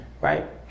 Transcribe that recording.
right